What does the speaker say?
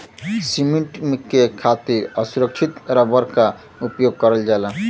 cement के खातिर असुरछित रबर क उपयोग करल जाला